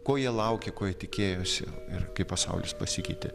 ko jie laukė ko jie tikėjosi ir kaip pasaulis pasikeitė